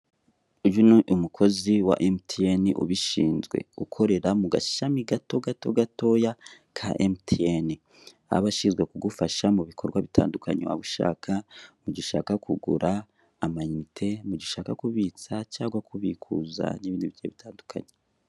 Ibi ni umukozi wa MTN ubishinzwe ukorera mu gashami gato gato gatoya ka MTN. Baba bashinzwe kugufasha mu bikorwa bitandukanye waba ushaka mu gihe ushaka kugura amayinite, mu gihe ushaka kubitsa cyangwa kubikuza n'ibindi bigiye bitandukanye.